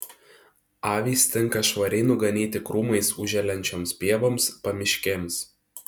avys tinka švariai nuganyti krūmais užželiančioms pievoms pamiškėms